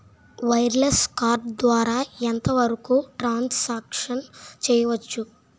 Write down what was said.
Wireless card ద్వారా ఎంత వరకు ట్రాన్ సాంక్షన్ చేయవచ్చు?